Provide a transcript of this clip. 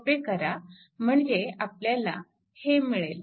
सोपे करा म्हणजे आपल्याला हे मिळेल